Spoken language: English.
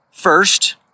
first